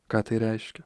ką tai reiškia